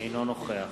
אינו נוכח